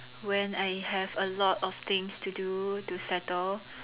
when I have a lot of things to do to settle